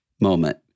moment